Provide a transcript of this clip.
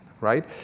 right